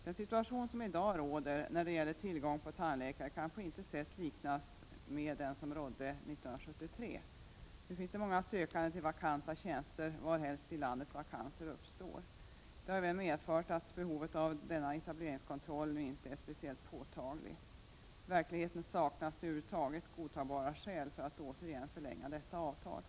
Den situation som i dag råder när det gäller tillgång på tandläkare kan på intet sätt liknas vid den som rådde 1973. Nu finns det många sökande till vakanta tjänster, var helst i landet vakanser uppstår. Det har även medfört att behovet av etableringskontroll nu inte är speciellt påtagligt. I verkligheten saknas det över huvud taget godtagbara skäl för att återigen förlänga avtalet.